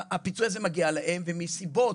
שהפיצוי הזה מגיע להם, ומסיבות,